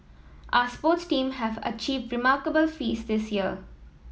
our sports team have achieved remarkable feats this year